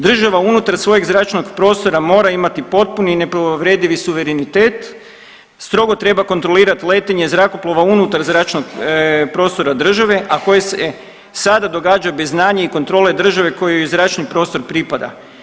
Država unutar svojeg zračnog prostora mora imati potpuni i nepovredivi suverenitet, strogo treba kontrolirati letenje zrakoplova unutar zračnog prostora država, a koje se sada događa bez znanja i kontrole države kojoj zračni prostor pripada.